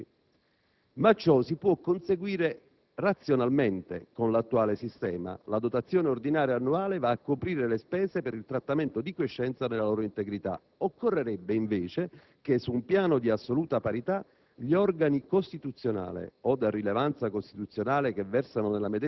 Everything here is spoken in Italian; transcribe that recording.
dalla platea generalizzata degli enti previdenziali dei dipendenti pubblici. Ma ciò si può conseguire razionalmente: con l'attuale sistema, la dotazione ordinaria annuale va a coprire le spese per il trattamento di quiescenza nella loro integrità. Occorrerebbe invece che, su un piano di assoluta parità,